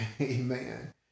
Amen